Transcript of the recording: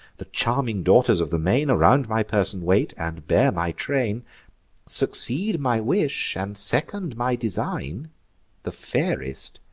the charming daughters of the main, around my person wait, and bear my train succeed my wish, and second my design the fairest,